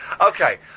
okay